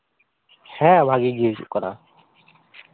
ᱦᱮᱸ ᱵᱷᱟᱹᱜᱤ ᱜᱮ ᱦᱩᱭᱩᱜ ᱠᱟᱱᱟ